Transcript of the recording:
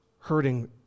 hurting